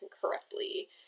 correctly